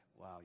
wow